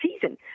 season